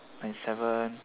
ninety seven